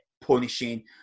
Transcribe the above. punishing